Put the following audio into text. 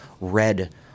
red